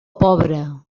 pobre